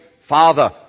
Father